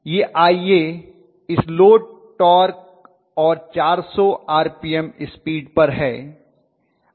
यह Ia इस load torque और 400 आरपीएम स्पीड पर है